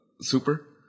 Super